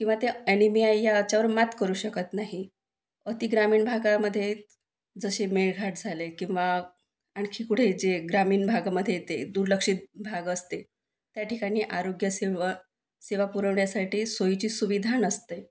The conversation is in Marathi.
किंवा त्या ॲनिमिया ह्या याच्यावर मात करू शकत नाही अतिग्रामीण भागामध्ये जसे मेळघाट झाले किंवा आणखी कुठे जे ग्रामीण भागामध्ये येते दुर्लक्षित भाग असते त्या ठिकाणी आरोग्यसेवा सेवा पुरवण्यासाठी सोयीची सुविधा नसते